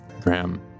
Graham